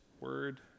word